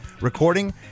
recording